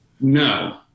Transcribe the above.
No